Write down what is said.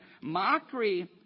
mockery